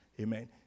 Amen